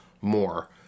more